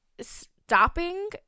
stopping